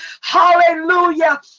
hallelujah